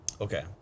Okay